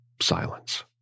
Silence